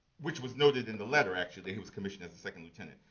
which was noted in the letter, actually, that he was commissioned as a second lieutenant.